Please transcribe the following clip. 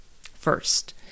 First